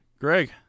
Greg